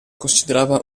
considerava